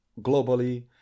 globally